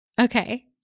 Okay